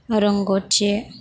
रोंगौथि